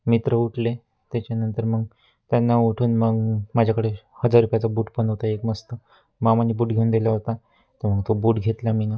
मित्र उठले त्याच्यानंतर मग त्यांना उठून मग माझ्याकडे हजार रुपयाचा बूट पण होता एक मस्त मामांनी बूट घेऊन दिला होता त मग तो बूट घेतला मीनं